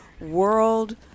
world